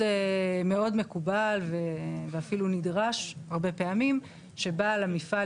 מאוד מקובל ואפילו נדרש הרבה פעמים שבעל המפעל,